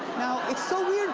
now, it's so weird